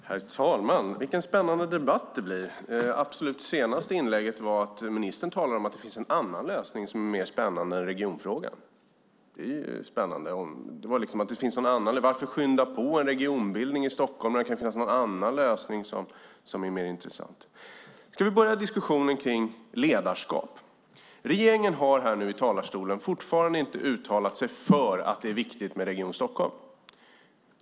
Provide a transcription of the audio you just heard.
Herr talman! Vilken spännande debatt det blir! I det senaste inlägget talar ministern om att det finns en annan lösning som är mer spännande en regionfrågan. Det är verkligen spännande. Varför skynda på en regionbildning i Stockholm när det kan finnas någon annan lösning som är mer intressant? Låt oss börja med en diskussionen om ledarskap. Regeringen har nu här i talarstolen fortfarande inte uttalat sig för att det är viktigt med Region Stockholm.